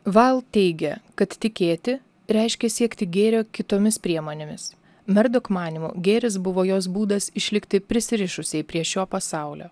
vail teigia kad tikėti reiškia siekti gėrio kitomis priemonėmis merdok manymu gėris buvo jos būdas išlikti prisirišusiai prie šio pasaulio